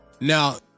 Now